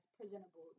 presentable